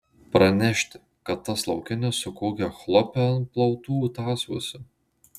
pranešti kad tas laukinis su kokia chlope ant plautų tąsosi